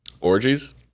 Orgies